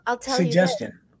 suggestion